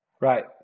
Right